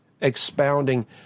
expounding